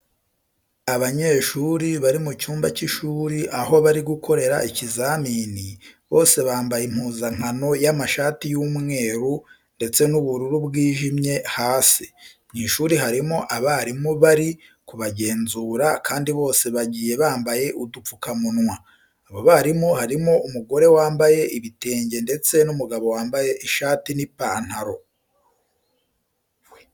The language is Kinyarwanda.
Abanyeshuri bari mu cyumba cy'ishuri aho bari gukorera ikizamini, bose bambaye impuzankano y'amashati y'umweru ndetse n'ubururu bwijimye hasi. Mu ishuri harimo abarimu bari kubagenzura kandi bose bagiye bambaye udupfukamunwa. Abo barimu harimo umugore wambaye ibitenge ndetse n'umugabo wambaye ishati n'ipantaro.